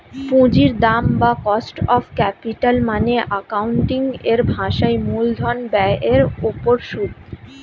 পুঁজির দাম বা কস্ট অফ ক্যাপিটাল মানে অ্যাকাউন্টিং এর ভাষায় মূলধন ব্যয়ের উপর সুদ